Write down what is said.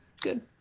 good